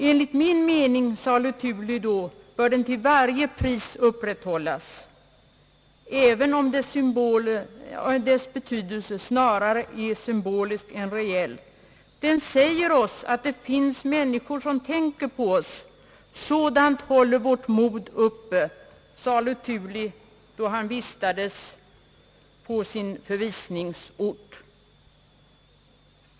»Enligt min mening», sade Luthuli då, »bör den till varje pris upprätthållas, även om dess betydelse snarare är symbolisk än reell. Den säger oss att det finns människor som tänker på oss. Sådant håller vårt mod uppe.» Luthuli fällde yttrandet då han vistades på sin förvisningsort.